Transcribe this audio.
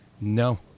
No